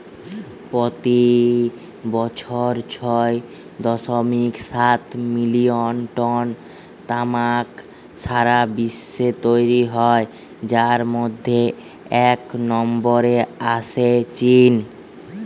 পোতি বছর ছয় দশমিক সাত মিলিয়ন টন তামাক সারা বিশ্বে তৈরি হয় যার মধ্যে এক নম্বরে আছে চীন